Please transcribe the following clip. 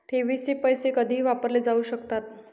ठेवीचे पैसे कधीही वापरले जाऊ शकतात